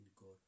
God